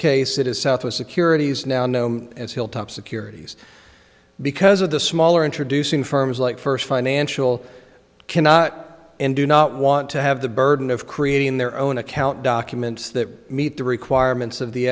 case it is south with securities now known as hilltop securities because of the smaller introducing firms like first financial cannot and do not want to have the burden of creating their own account documents that meet the requirements of the